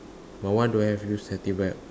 my one don't have use safety belt